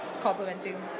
complimenting